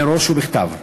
מראש ובכתב.